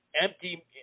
empty